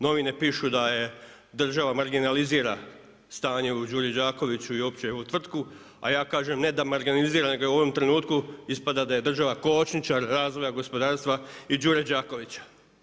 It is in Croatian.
Novine pišu da država marginalizira stanje u Đuri Đakoviću i uopće u ovu tvrtku, a ja kažem ne da marginalizira nego u ovom trenutku ispada da je država kočničar razvoja gospodarstva i Đure Đakovića.